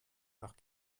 nach